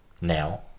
now